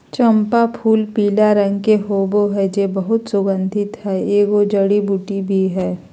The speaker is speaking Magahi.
चम्पा फूलपीला रंग के होबे हइ जे बहुत सुगन्धित हइ, एगो जड़ी बूटी भी हइ